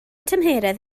tymheredd